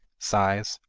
size,